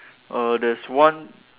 err there's one